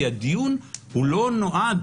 כי הדיון לא נועד